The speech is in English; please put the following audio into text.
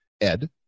Ed